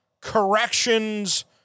corrections